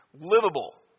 livable